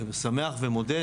אני שמח ומודה,